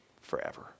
forever